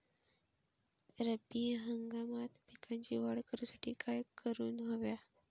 रब्बी हंगामात पिकांची वाढ करूसाठी काय करून हव्या?